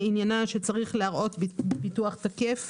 זה שצריך להראות ביטוח תקף